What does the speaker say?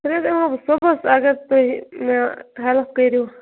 تیٚلہِ حظ یِمو بہٕ صُبحَس اَگر تُہۍ مےٚ ہٮ۪لٕپ کٔرِو